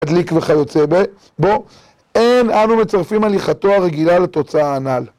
מדליק וכיוצא בו, אין, אנו מצרפים הליכתו הרגילה לתוצאה הנ"ל.